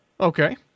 okay